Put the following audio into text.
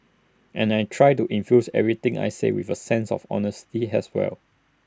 and I try to infuse everything I say with A sense of honesty has well